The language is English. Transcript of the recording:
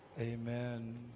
Amen